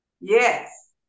yes